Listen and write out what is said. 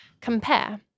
compare